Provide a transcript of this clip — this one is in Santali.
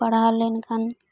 ᱯᱟᱲᱦᱟᱣ ᱞᱮᱱ ᱠᱷᱟᱱ